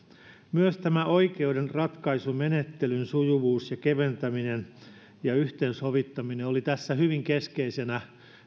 myös oikeuden ratkaisumenettelyn sujuvuus ja keventäminen ja yhteensovittaminen oli tässä yhtenä hyvin keskeisenä